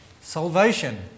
Salvation